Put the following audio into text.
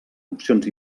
opcions